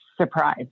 surprise